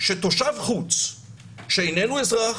שתושב חוץ שאיננו אזרח,